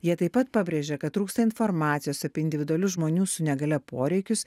jie taip pat pabrėžė kad trūksta informacijos apie individualius žmonių su negalia poreikius